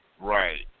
right